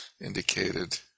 indicated